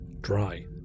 Dry